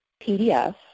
PDF